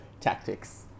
Tactics